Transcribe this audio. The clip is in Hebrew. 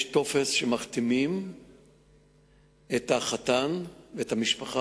יש טופס שמחתימים את החתן ואת המשטרה